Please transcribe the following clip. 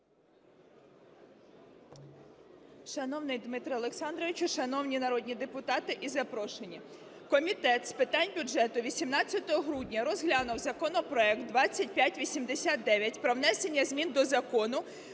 Шановний Дмитро Олександровичу, шановні народні депутати і запрошені, Комітет з бюджету 18 грудня розглянув законопроект 2589 про внесення змін до Закону